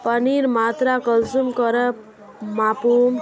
पानीर मात्रा कुंसम करे मापुम?